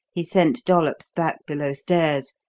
he sent dollops back below stairs,